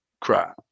cry